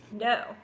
No